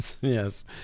Yes